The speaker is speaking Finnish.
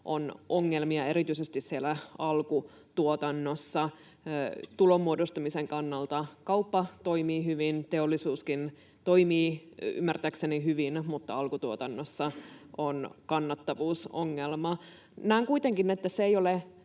on ongelmia erityisesti siellä alkutuotannossa tulonmuodostamisen kannalta. Kauppa toimii hyvin, teollisuuskin toimii ymmärtääkseni hyvin, mutta alkutuotannossa on kannattavuusongelma. Näen kuitenkin, että emme